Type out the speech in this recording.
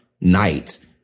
night